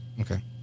Okay